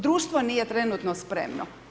Društvo nije trenutno spremno.